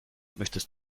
möchtest